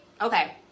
Okay